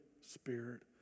Spirit